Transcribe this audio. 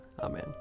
Amen